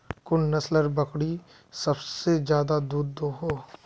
कुन नसलेर बकरी सबसे ज्यादा दूध दो हो?